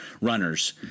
runners